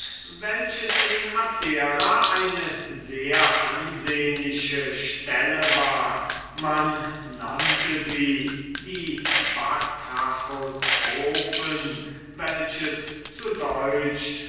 welches in abdera eine sehr ansehnliche stelle war man nannte sie die batrachotrophen welches zu deutsch